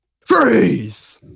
Freeze